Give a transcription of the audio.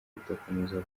kudakomeza